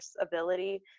ability